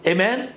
Amen